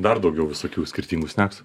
dar daugiau visokių skirtingų sneksų